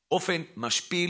באופן משפיל,